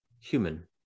human